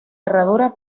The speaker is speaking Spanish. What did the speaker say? herradura